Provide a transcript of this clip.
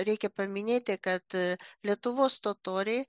reikia paminėti kad lietuvos totoriai